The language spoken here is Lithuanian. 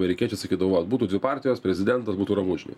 amerikiečiai sakydavo va būtų dvi partijos prezidentas būtų ramu žinai